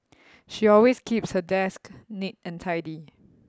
she always keeps her desk neat and tidy